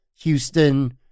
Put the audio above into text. Houston